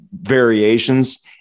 variations